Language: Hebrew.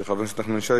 של חבר הכנסת נחמן שי,